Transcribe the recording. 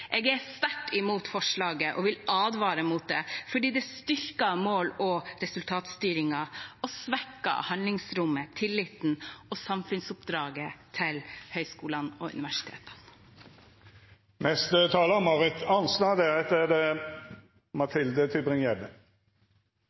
Jeg er sterkt imot forslaget og vil advare mot det, fordi det styrker mål- og resultatstyringen og svekker handlingsrommet, tilliten og samfunnsoppdraget til høyskolene og universitetene.